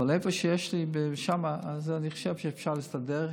אבל איפה שיש לי, שם אני חושב שאפשר להסתדר.